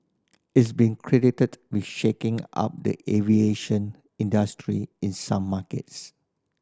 it's been credited with shaking up the aviation industry in some markets